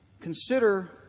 consider